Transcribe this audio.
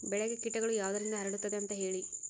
ಬೆಳೆಗೆ ಕೇಟಗಳು ಯಾವುದರಿಂದ ಹರಡುತ್ತದೆ ಅಂತಾ ಹೇಳಿ?